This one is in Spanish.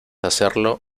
hacerlo